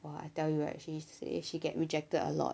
!wah! I tell you right she say she get rejected a lot